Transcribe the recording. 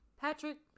Patrick